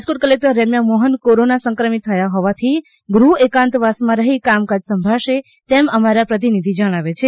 Rajkot collector Remya Mohan corona સંક્રમિત થયા હોવાથી ગૃહ એકાંતવાસમાં રહી કામકાજ સંભાળશે તેમ અમારા પ્રતિનિધિ જણાવે છે